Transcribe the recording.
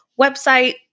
website